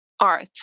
art